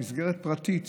במסגרת פרטית,